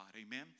amen